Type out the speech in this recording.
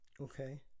okay